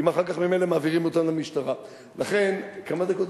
אם אחר כך ממילא מעבירים אותם למשטרה?